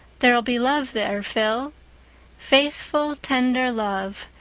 there'll be love there, phil faithful, tender love,